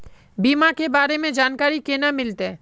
बीमा के बारे में जानकारी केना मिलते?